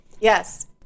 Yes